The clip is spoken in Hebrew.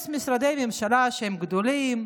יש משרדי ממשלה שהם גדולים,